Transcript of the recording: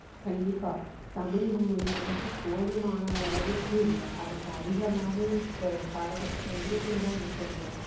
கண்டிப்பாக தமிழ் மொழி வந்து போதுமான அளவுக்கு இல்லை அதுக்கு அதிகமாகவே இப்போ காலக்கட்டத்தில் இருக்குதுனு தான் நான் சொல்லுவேன்